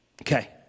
Okay